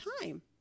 time